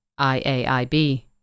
IAIB